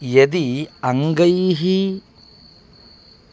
यदि अङ्गैः